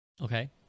Okay